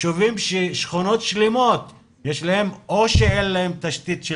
שכונות שלמות שאו שאין להם תשתית של